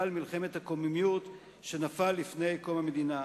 מלחמת הקוממיות שנפל לפני קום המדינה.